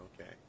Okay